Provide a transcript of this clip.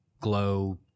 glow